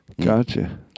Gotcha